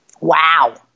Wow